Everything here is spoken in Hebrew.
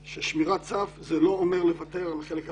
ששמירת סף זה לא אומר לוותר על החלק הראשון,